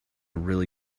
really